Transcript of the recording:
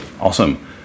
Awesome